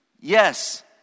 Yes